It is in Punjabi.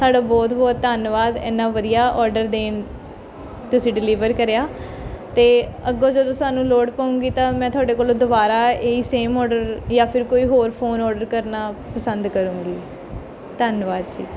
ਤੁਹਾਡਾ ਬਹੁਤ ਬਹੁਤ ਧੰਨਵਾਦ ਇੰਨਾਂ ਵਧੀਆ ਔਡਰ ਦੇਣ ਤੁਸੀਂ ਡਿਲੀਵਰ ਕਰਿਆ ਅਤੇ ਅੱਗੋਂ ਜਦੋਂ ਸਾਨੂੰ ਲੋੜ ਪਊਂਗੀ ਤਾਂ ਮੈਂ ਤੁਹਾਡੇ ਕੋਲੋਂ ਦੁਬਾਰਾ ਇਹੀ ਸੇਮ ਮੋਡਲ ਜਾਂ ਫਿਰ ਕੋਈ ਹੋਰ ਫੋਨ ਔਡਰ ਕਰਨਾ ਪਸੰਦ ਕਰਾਂਗੀ ਧੰਨਵਾਦ ਜੀ